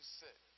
sit